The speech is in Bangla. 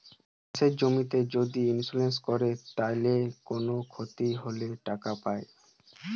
চাষের জমির যদি ইন্সুরেন্স কোরে তাইলে কুনো ক্ষতি হলে টাকা পায়